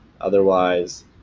otherwise